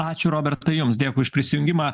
ačiū robertai jums dėkui už prisijungimą